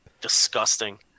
Disgusting